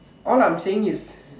all I'm saying is